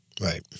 right